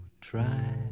try